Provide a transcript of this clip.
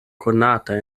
konata